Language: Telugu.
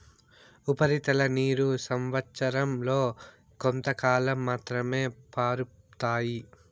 ఉపరితల నీరు సంవచ్చరం లో కొంతకాలం మాత్రమే పారుతాయి